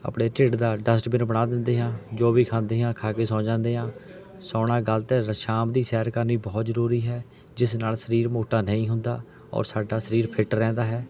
ਆਪਣੇ ਢਿੱਡ ਦਾ ਡਸਟਬਿਨ ਬਣਾ ਦਿੰਦੇ ਹਾਂ ਜੋ ਵੀ ਖਾਂਦੇ ਹਾਂ ਖਾ ਕੇ ਸੌ ਜਾਂਦੇ ਹਾਂ ਸੌਣਾ ਗਲਤ ਸ਼ਾਮ ਦੀ ਸੈਰ ਕਰਨੀ ਬਹੁਤ ਜ਼ਰੂਰੀ ਹੈ ਜਿਸ ਨਾਲ ਸਰੀਰ ਮੋਟਾ ਨਹੀਂ ਹੁੰਦਾ ਔਰ ਸਾਡਾ ਸਰੀਰ ਫਿੱਟ ਰਹਿੰਦਾ ਹੈ